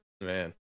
man